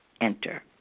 enter